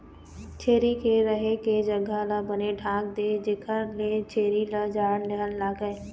छेरी के रहें के जघा ल बने ढांक दे जेखर ले छेरी ल जाड़ झन लागय